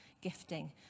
gifting